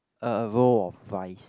a roll of rice